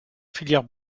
filière